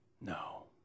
No